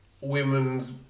women's